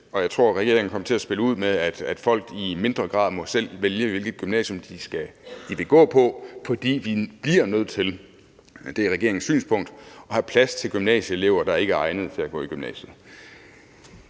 Jeg tror, regeringen kommer til at spille ud med, at folk i mindre grad selv må vælge, hvilket gymnasium de skal gå på, fordi vi bliver nødt til – det er regeringens synspunkt – at have plads til gymnasieelever, der ikke er egnede til at gå i gymnasiet.